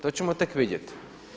To ćemo tek vidjeti.